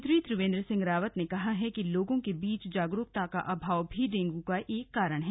मुख्यमंत्री त्रिवेन्द्र सिंह रावत ने कहा है कि लोगों के बीच जागरूकता का आभाव भी डेंगू का एक कारण है